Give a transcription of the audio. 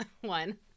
One